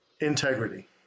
Integrity